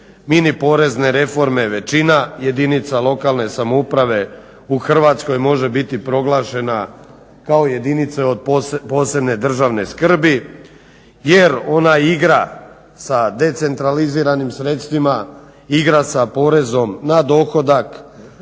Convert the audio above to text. mini porezne reforme većina jedinica lokalne samouprave u Hrvatskoj može biti proglašena kao jedinice od posebne državne skrbi. Jer ona igra sa decentraliziranim sredstvima, igra sa porezom na dohodak,